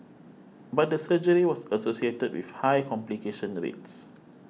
but the surgery was associated with high complication rates